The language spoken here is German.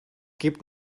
gibt